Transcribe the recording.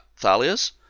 Thalias